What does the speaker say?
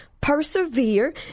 persevere